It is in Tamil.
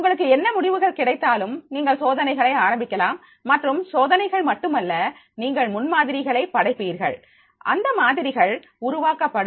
உங்களுக்கு என்ன முடிவுகள் கிடைத்தாலும் நீங்கள் சோதனைகள் ஆரம்பிக்கலாம் மற்றும் சோதனைகள் மட்டுமல்ல நீங்கள் முன்மாதிரிகளை படைப்பீர்கள் அந்த மாதிரிகள் உருவாக்கப்படும்